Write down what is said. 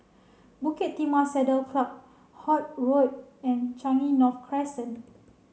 Bukit Timah Saddle Club Holt Road and Changi North Crescent